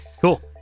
Cool